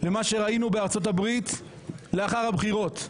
למה שראינו בארצות הברית לאחר הבחירות.